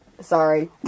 Sorry